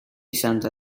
santa